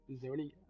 zoning